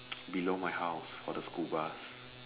below my house for the school bus